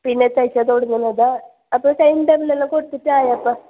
പിന്നത്തെ ആഴ്ച തുടങ്ങുന്നതാണോ അപ്പോൾ ടൈം ടേബിൾ എല്ലാം കൊടുത്തിട്ടായോ അപ്പം